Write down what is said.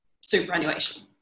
superannuation